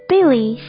Billy